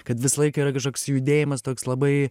kad visą laiką yra kažkoks judėjimas toks labai